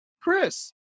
Chris